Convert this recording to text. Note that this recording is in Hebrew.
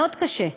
מאוד קשה.